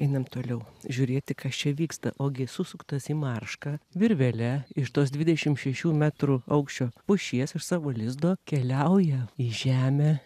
einam toliau žiūrėti kas čia vyksta ogi susuktas į maršką virvele iš tos dvidešimt šešių metrų aukščio pušies iš savo lizdo keliauja į žemę